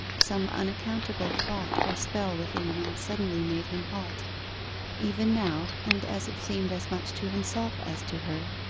some unaccountable thought or spell within him suddenly made him halt even now, and as it seemed as much to himself as to her,